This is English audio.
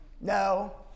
No